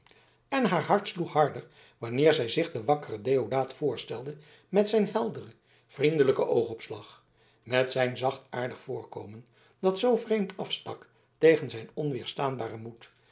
en haar hart sloeg harder wanneer zij zich den wakkeren deodaat voorstelde met zijn helderen vriendelijken oogopslag met zijn zachtaardig voorkomen dat zoo vreemd afstak tegen zijn onweerstaanbaren moed